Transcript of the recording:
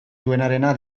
duenarena